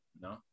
No